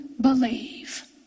believe